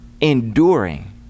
enduring